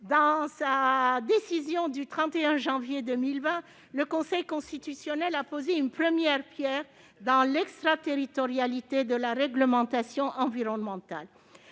Dans sa décision du 31 janvier 2020, le Conseil constitutionnel a posé une première pierre dans l'extraterritorialité de la réglementation environnementale,